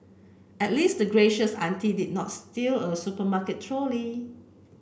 at least the gracious auntie did not steal a supermarket trolley